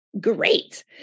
Great